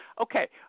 Okay